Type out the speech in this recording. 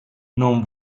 non